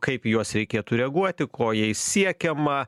kaip į juos reikėtų reaguoti ko jai siekiama